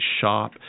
shop